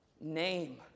name